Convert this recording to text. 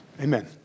Amen